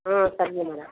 ஆ சரிங்க மேடம்